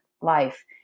life